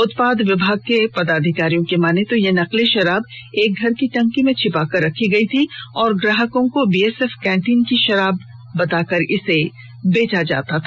उत्पाद विभाग के पदाधिकारियों की मानें तो ये नकली शराब एक घर की टंकी में छिपाकर रखे गये थे और ग्राहकों को बीएसएफ कैंटीन की शराब बोलकर बेचा जाता था